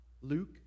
Luke